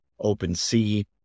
OpenSea